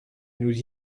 nous